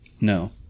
No